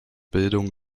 bildung